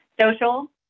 social